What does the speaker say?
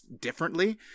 differently